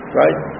right